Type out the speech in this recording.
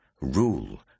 rule